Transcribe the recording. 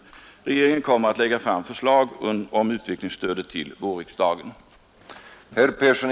Regeringen kommer att lägga fram förslag om utvecklingsstödet till vårriksdagen.